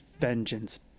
vengeance